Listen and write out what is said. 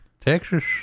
Texas